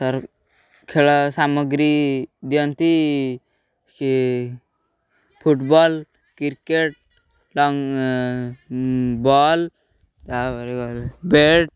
ଖେଳ ସାମଗ୍ରୀ ଦିଅନ୍ତି କି ଫୁଟବଲ୍ କ୍ରିକେଟ ବଲ୍ ତା'ପରେ ବ୍ୟାଟ୍